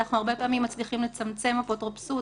אנחנו הרבה פעמים מצליחים לצמצם אפוטרופסות